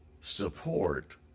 support